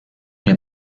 nie